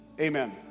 amen